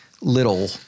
little